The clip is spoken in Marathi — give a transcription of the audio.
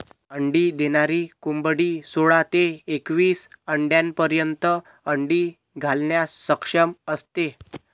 अंडी देणारी कोंबडी सोळा ते एकवीस आठवड्यांपर्यंत अंडी घालण्यास सक्षम असते